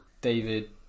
David